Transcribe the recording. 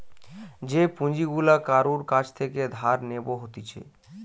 যে পুঁজি গুলা কারুর কাছ থেকে ধার নেব হতিছে